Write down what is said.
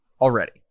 already